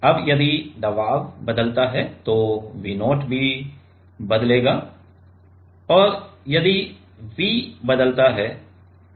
अब यदि दबाव बदलता है तो V0 भी बदलता है और यदि V बदलता है तो V0 भी बदलता है